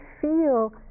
feel